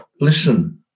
listen